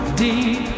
deep